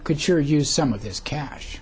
could sure use some of this cash